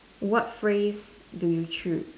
what phrase do you choose